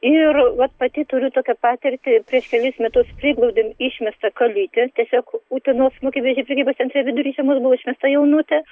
ir vat pati turiu tokią patirtį prieš kelis metus priglaudėm išmestą kalytę tiesiog utenos moki veži prekybos centre buvo išmesta jaunutė